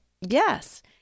Yes